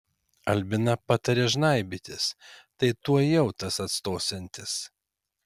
albina patarė žnaibytis tai tuojau tas atstosiantis